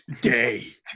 Day